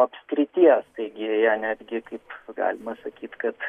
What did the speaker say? apskrities taigi ja netgi kaip galima sakyt kad